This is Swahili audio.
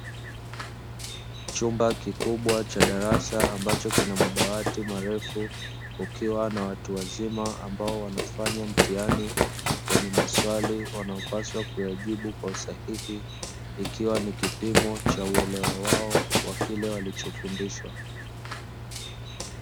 Chumba kikubwa cha darasa ambacho kina madawati marefu kukiwa na watu wazima ambao wanafanya mtihani wenye maswali wanayopaswa kuyajibu kwa usahihi, ikiwa ni kipimo cha uelewa wao wa kile walichofundishwa.